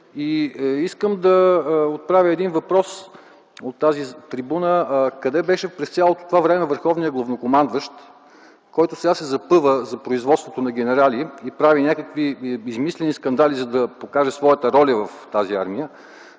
Искам да отправя един въпрос от тази трибуна. Къде беше през цялото това време върховният главнокомандващ, който сега се запъва за производството на генерали и прави някакви измислени скандали, за да покаже своята роля в тази армия?